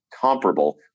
comparable